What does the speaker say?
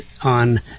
on